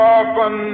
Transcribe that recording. often